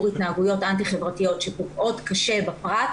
התנהגויות אנטי חברתיות שפוגעות קשה בפרט,